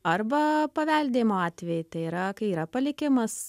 arba paveldėjimo atvejai tai yra kai yra palikimas